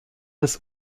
des